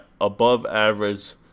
above-average